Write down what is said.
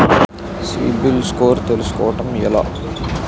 CIBIL score తెల్సుకోటం ఎలా?